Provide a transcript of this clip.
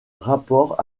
rapport